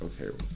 Okay